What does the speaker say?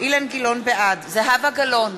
בעד זהבה גלאון,